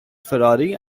ferrari